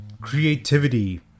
creativity